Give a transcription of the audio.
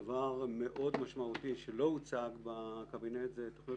דבר מאוד משמעותי שלא הוצג בקבינט זה תוכניות